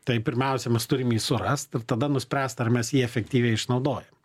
tai pirmiausia mes turim jį surast ir tada nuspręst ar mes jį efektyviai išnaudojam